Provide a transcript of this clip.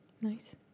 Nice